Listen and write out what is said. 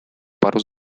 пару